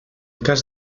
cas